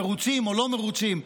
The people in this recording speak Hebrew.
מרוצים או לא מרוצים,